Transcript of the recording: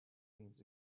leans